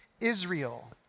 Israel